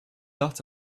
lots